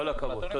כל הכבוד.